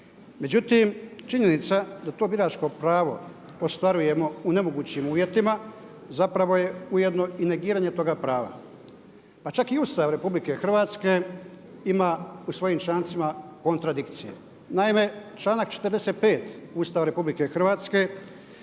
međutim činjenica da to biračko pravo ostvarujemo u nemogućim uvjetima zapravo je ujedno i negiranje toga prava. Pa čak i Ustav RH ima u svojim člancima kontradikcije. Naime, članak 45. Ustava RH jamči svim hrvatskim